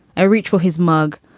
i reach for his mug,